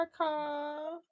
America